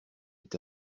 est